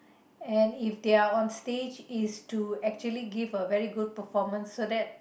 and if they're on stage is to actually give a very good performance so that